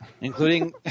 including